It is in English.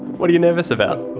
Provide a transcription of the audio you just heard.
what are you nervous about?